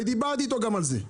ודיברתי איתו גם על זה.